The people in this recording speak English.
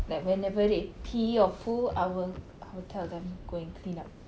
like for example they pee or poo I will I will tell them go and clean up